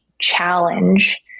challenge